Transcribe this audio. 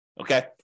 okay